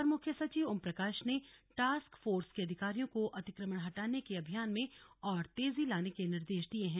अपर मुख्य सचिव ओमप्रकाश ने टास्क फोर्स के अधिकारियों को अतिक्रमण हटाने के अभियान में और तेजी लाने के निर्देश दिये हैं